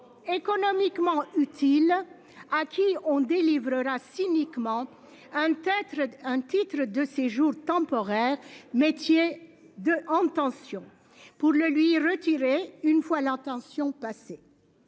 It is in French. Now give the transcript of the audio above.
économiquement utile à qui on délivrera cyniquement untethered. Un titre de séjour temporaire métier de en tension pour le lui retirer une fois l'attention passez.